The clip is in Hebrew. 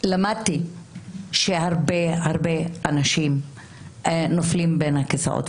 למדתי שהרבה-הרבה אנשים נופלים בין הכיסאות,